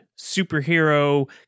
superhero